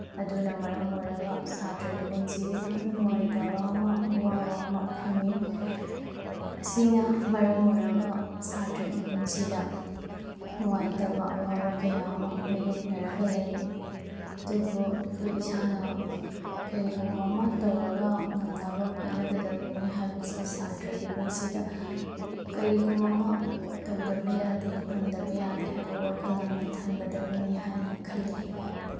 ꯑꯗꯨꯅ ꯃꯔꯝ ꯑꯣꯏꯔꯒ ꯁꯥꯇ꯭ꯔꯒꯤ ꯄꯨꯟꯁꯤꯗ ꯌꯥꯝꯅ ꯅꯨꯡꯉꯥꯏꯇꯕ ꯑꯃ ꯑꯋꯥꯕ ꯑꯃ ꯐꯪꯏ ꯑꯁꯤꯅ ꯃꯔꯝ ꯑꯣꯏꯔꯒ ꯁꯥꯇ꯭ꯔꯒꯤ ꯄꯨꯟꯁꯤꯗ ꯅꯨꯡꯉꯥꯏꯇꯕ ꯑꯋꯥꯕ ꯀꯌꯥ ꯑꯃ ꯃꯥꯌꯣꯛꯅꯔꯒ ꯂꯩ ꯑꯗꯨꯕꯨ ꯑꯩꯈꯣꯏ ꯏꯁꯥꯅ ꯀꯔꯤꯒꯨꯝꯕ ꯑꯃ ꯇꯧꯔꯒ ꯉꯝꯅꯕ ꯍꯣꯠꯅꯒꯗꯕꯅꯤ ꯍꯥꯏꯕꯁꯤ ꯁꯥꯇ꯭ꯔꯒꯤ ꯄꯨꯟꯁꯤꯗ ꯀꯔꯤꯒꯨꯝꯕ ꯑꯃ ꯇꯧꯗꯕ ꯌꯥꯗꯦ ꯉꯝꯗꯕ ꯌꯥꯗꯦ ꯍꯥꯏꯕ ꯋꯥꯈꯜ ꯑꯃ ꯊꯝꯒꯗꯕꯅꯤ ꯍꯥꯏꯅ ꯈꯜꯂꯤ